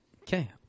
Okay